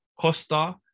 Costa